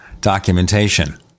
documentation